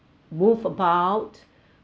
move about